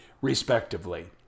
respectively